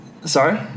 Sorry